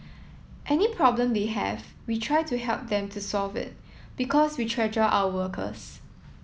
any problem they have we try to help them to solve it because we treasure our workers